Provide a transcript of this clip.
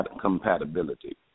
compatibility